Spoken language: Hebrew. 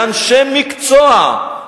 באנשי מקצוע,